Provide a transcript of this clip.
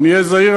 אני אהיה זהיר,